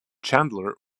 chandler